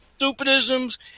stupidisms